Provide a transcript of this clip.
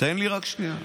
תן לי רק שנייה.